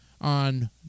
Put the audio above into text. on